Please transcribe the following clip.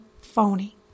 phony